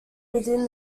within